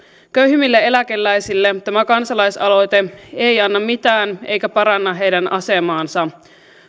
köyhimmille eläkeläisille tämä kansalaisaloite ei anna mitään eikä paranna heidän asemaansa